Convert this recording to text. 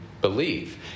believe